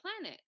planet